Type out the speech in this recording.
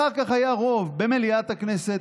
ואחר כך היה רוב במליאת הכנסת,